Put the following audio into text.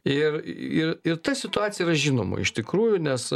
ir ir ir ta situacija yra žinoma iš tikrųjų nes